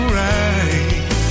right